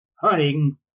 hunting